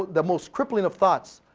the most crippling of thoughts.